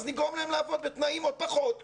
אז נגרום להם לעבוד בתנאים עוד פחות טובים.